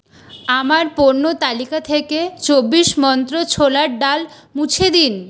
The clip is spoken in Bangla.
আমার পণ্য তালিকা থেকে চব্বিশ মন্ত্র ছোলার ডাল মুছে দিন